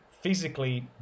physically